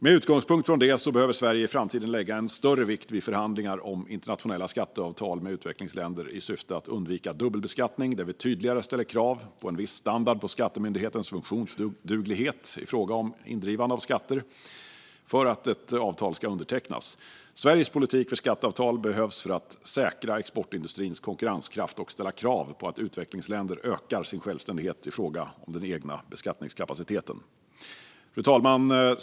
Med utgångspunkt från detta behöver Sverige i framtiden lägga större vikt vid förhandlingar om internationella skatteavtal med utvecklingsländer i syfte att undvika dubbelbeskattning, där vi tydligare ställer krav på en viss standard på skattemyndighetens funktionsduglighet i fråga om indrivande av skatter för att ett avtal ska undertecknas. Sveriges politik för skatteavtal behövs för att stärka exportindustrins konkurrenskraft och för att ställa krav på att utvecklingsländer ökar sin självständighet i fråga om den egna beskattningskapaciteten. Fru talman!